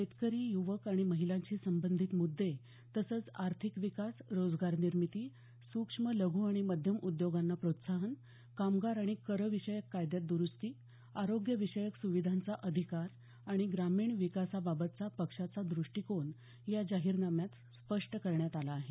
शेतकरी युवक आणि महिलांशी संबंधित मुद्ये तसंच आर्थिक विकास रोजगार निर्मिती सूक्ष्म लघु आणि मध्यम उद्योगांना प्रोत्साहन कामगार आणि कर विषयक कायद्यात दुरूस्ती आरोग्यविषयक सुविधांचा अधिकार आणि ग्रामीण विकासाबाबतचा पक्षाचा दृष्टीकोन या जाहीरनाम्यात स्पष्ट करण्यात आला आहे